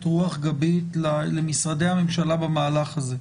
רוח גבית למשרדי הממשלה במהלך הזה.